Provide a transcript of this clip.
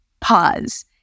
pause